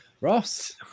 Ross